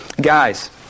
Guys